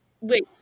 Wait